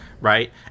right